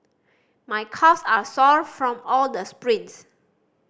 my calves are sore from all the sprints